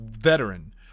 veteran